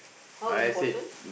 how important